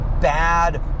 bad